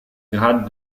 grade